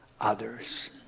others